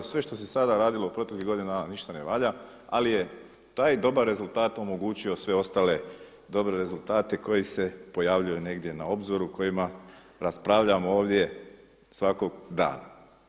Sve što se sada radilo u proteklih godinu dana ništa ne valja, ali je taj dobar rezultat omogućio sve ostale* dobre rezultate koji se pojavljuju negdje na obzoru o kojima raspravljamo ovdje svakog dana.